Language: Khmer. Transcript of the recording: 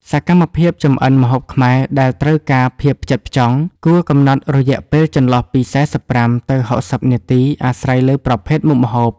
សកម្មភាពចម្អិនម្ហូបខ្មែរដែលត្រូវការភាពផ្ចិតផ្ចង់ គួរកំណត់រយៈពេលចន្លោះពី ៤៥ ទៅ ៦០ នាទី អាស្រ័យលើប្រភេទមុខម្ហូប។